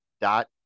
dot